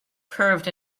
curved